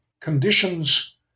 conditions